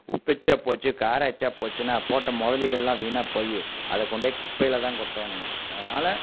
உப்பு எக்ச்சா போச்சு காரம் எக்ச்சா போச்சுன்னா போட்ட முதலீடு எல்லாம் வீணாக போய் அதை கொண்டே குப்பையில் தான் கொட்டணுங்க அதனால